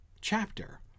chapter